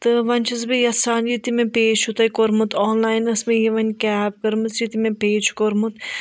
تہٕ وۄنۍ چھَس بہٕ یَژھان یہِ تہِ مےٚ پے چھُو تۄہہِ کوٚرمُت آنلاینَس مےٚ یہِ وۄنۍ کیب کٔرمٕژ یہِ تہِ مےٚ پے چھُ کوٚرمُت